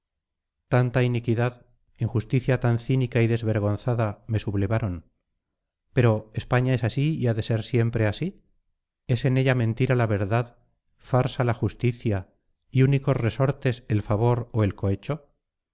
tanta iniquidad injusticia tan cínica y desvergonzada me sublevaron pero españa es así y ha de ser siempre así es en ella mentira la verdad farsa la justicia y únicos resortes el favor o el cohecho